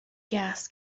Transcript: gas